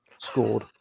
scored